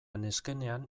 neskenean